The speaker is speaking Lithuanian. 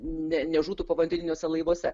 ne nežūtų povandeniniuose laivuose